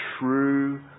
true